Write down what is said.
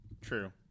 True